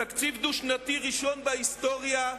תקציב דו-שנתי ראשון בהיסטוריה,